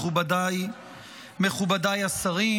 מכובדיי השרים,